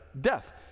Death